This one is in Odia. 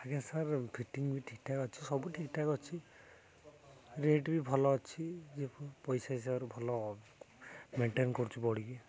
ଆଜ୍ଞା ସାର୍ ଫିଟିଙ୍ଗ ବି ଠିକ୍ଠାକ୍ ଅଛି ସବୁ ଠିକ୍ଠାକ୍ ଅଛି ରେଟ୍ ବି ଭଲ ଅଛି ଯେ ପଇସା ହିସାବରେ ଭଲ ମେଣ୍ଟେନ୍ କରୁଛୁ ବଡ଼ିକି